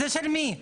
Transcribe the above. של מי זה?